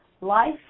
life